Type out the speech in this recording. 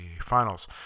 finals